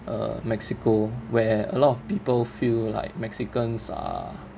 uh mexico where a lot of people feel like mexicans are